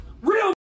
real